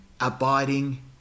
abiding